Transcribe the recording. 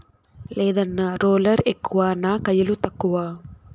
లేదన్నా, రోలర్ ఎక్కువ నా కయిలు తక్కువ